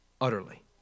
utterly